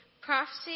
Prophecy